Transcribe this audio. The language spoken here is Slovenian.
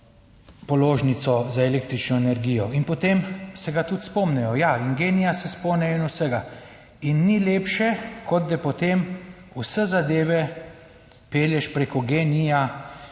položnico za električno energijo. In po tem se ga tudi spomnijo, ja, in GEN-I-ja se spomnijo in vsega in ni lepše, kot da potem vse zadeve pelješ preko